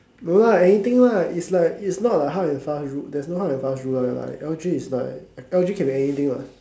no lah anything lah it's like it's not like hard and fast rule there's no hard and fast rule right L_G is like L_G can be anything [what]